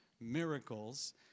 miracles